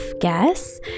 guess